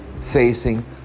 facing